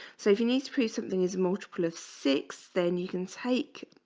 so if you need to create something is multiple of six then you can take